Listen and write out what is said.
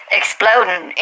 exploding